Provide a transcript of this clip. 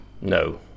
No